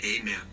amen